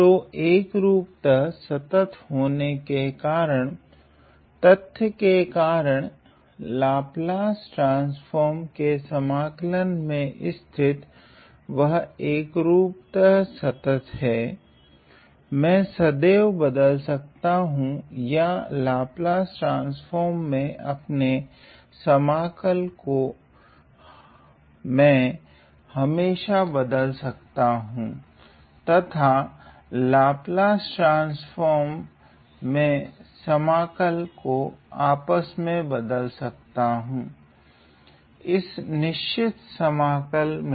तो एकरूपतः संतत होने के कारण तथ्य के कारण लाप्लास ट्रान्स्फ़ोर्म के समाकल मे स्थित है वह एकरूपतः संतत हैं मैं सदेव बदल सकता हूँ या लाप्लास ट्रान्स्फ़ोर्म मे अपने समाकल को मे हमेशा बदल सकता हूँ तथा लाप्लास ट्रान्स्फ़ोर्म में समाकल को आपस मे बदल सकता हूँ इस विशेष निश्चित समाकल से